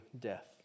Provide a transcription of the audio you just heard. death